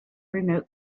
remote